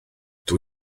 dydw